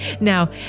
Now